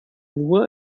nur